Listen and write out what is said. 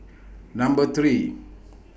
Number three